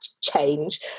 change